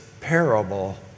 parable